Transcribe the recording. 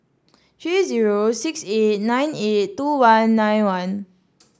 three zero six eight nine eight two one nine one